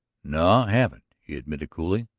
no, i haven't, he admitted coolly.